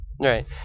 Right